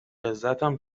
عزتم